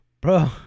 Bro